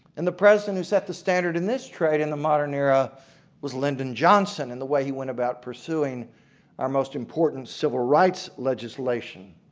and the president who set the standard on this trade in the modern area was lyndon johnson in the way he went about pursuing our most important civil rights legislation.